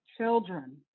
children